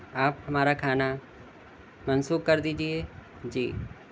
آپ ہمارا کھانا منسوخ کر دیجیے جی